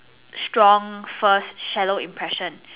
strong first shallow impression